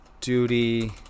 Duty